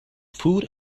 food